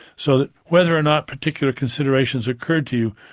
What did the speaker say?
so that whether or not particular considerations occurred to you,